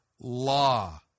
law